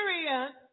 experience